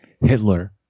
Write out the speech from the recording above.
Hitler